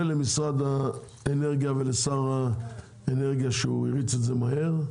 למשרד האנרגיה ולשר האנרגיה על כך שהוא הריץ את זה מהר.